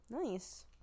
Nice